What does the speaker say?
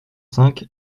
cinq